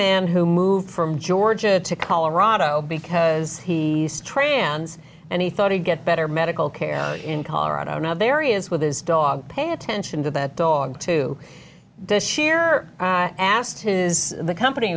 man who moved from georgia to colorado because he trans and he thought he'd get better medical care in colorado now there he is with his dog pay attention to that dog to this year asked his the company